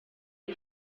ari